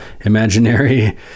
imaginary